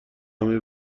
همهی